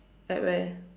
at where